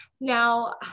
now